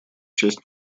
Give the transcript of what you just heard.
часть